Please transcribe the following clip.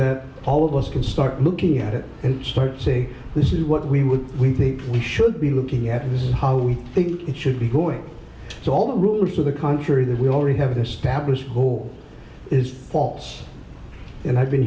that all of us can start looking at it and start say this is what we would we think we should be looking at this is how we think it should be going so all the rules of the country that we already have established goal is false and i've been